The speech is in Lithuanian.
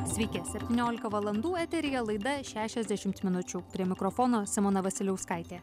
sveiki septyniolika valandų eteryje laida šešiasdešimt minučių prie mikrofono simona vasiliauskaitė